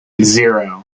zero